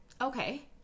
okay